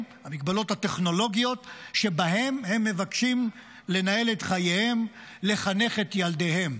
הטכנולוגיות שבהן הם מבקשים לנהל את חייהם ולחנך את ילדיהם,